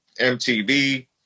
MTV